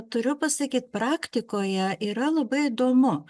turiu pasakyt praktikoje yra labai įdomu